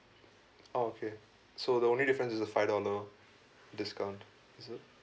okay so the only difference is a five dollar discount is it